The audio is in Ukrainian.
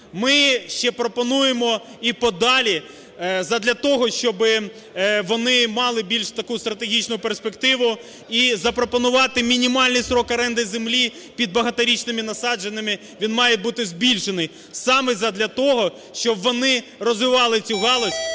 ми ще пропонуємо і подалі задля того, щоб вони мали більш таку стратегічну перспективу і запропонувати мінімальний строк оренди землі під багаторічними насадженнями, він має бути збільшений саме задля того, щоб вони розвивали цю галузь,